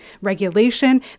regulation